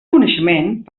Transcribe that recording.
coneixement